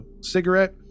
cigarette